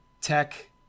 Tech